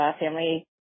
family